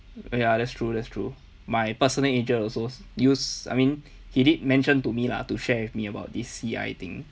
ya that's true that's true my personal agent also use I mean he did mention to me lah to share with me about this C_I thing